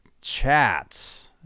Chats